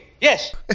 Yes